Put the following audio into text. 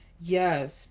Yes